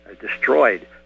destroyed